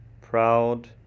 proud